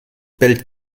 bellt